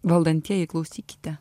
valdantieji klausykite